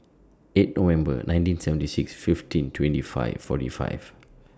eight November nineteen seventy six fifteen twenty five forty five